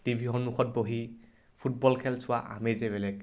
টিভিৰ সন্মুখত বহি ফুটবল খেল চোৱা আমেজে বেলেগ